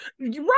Right